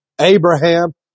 Abraham